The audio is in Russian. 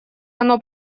оно